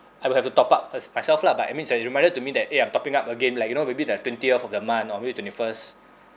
I will have to top up as myself lah but it means as a reminder to me that eh I'm topping up again like you know maybe the twentieth of the month or maybe twenty first